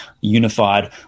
unified